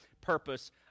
purpose